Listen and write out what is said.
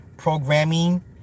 Programming